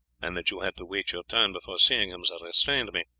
and that you had to wait your turn before seeing him, that restrained me.